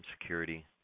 security